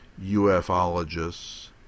UFOlogists